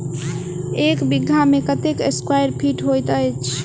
एक बीघा मे कत्ते स्क्वायर फीट होइत अछि?